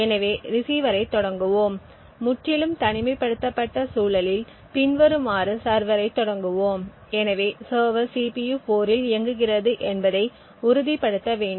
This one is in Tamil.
எனவே ரிசீவரைத் தொடங்குவோம் முற்றிலும் தனிமைப்படுத்தப்பட்ட சூழலில் பின்வருமாறு சர்வரைத் தொடங்குவோம் எனவே சர்வர் CPU 4 இல் இயங்குகிறது என்பதை உறுதிப்படுத்த வேண்டும்